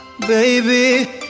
baby